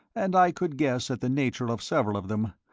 and i could guess at the nature of several of them,